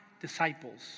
disciples